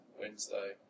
Wednesday